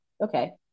Okay